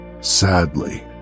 Sadly